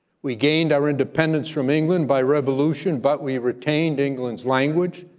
we gained our independence from england by revolution, but we retained england's language,